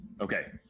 Okay